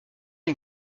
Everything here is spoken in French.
une